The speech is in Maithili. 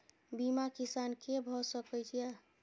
बीमा किसान कै भ सके ये?